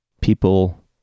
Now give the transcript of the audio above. people